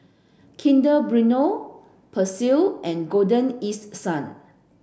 Kinder Bueno Persil and Golden East Sun